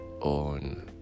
on